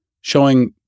showing